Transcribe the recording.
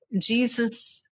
Jesus